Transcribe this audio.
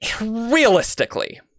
Realistically